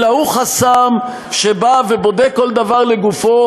אלא הוא חסם שבא ובודק כל דבר לגופו,